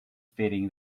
fitting